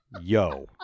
yo